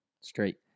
Straight